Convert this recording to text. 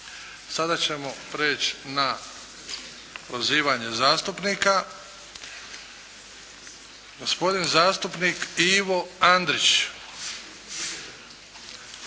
Sada ćemo prijeći na prozivanje zastupnika. Gospodin zastupnik Ivo Andrić,